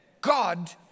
God